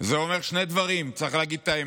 זה אומר שני דברים, צריך להגיד את האמת,